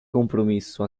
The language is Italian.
compromesso